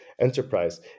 enterprise